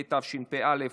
התשפ"א 2021,